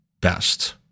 best